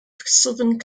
southern